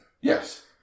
Yes